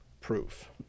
proof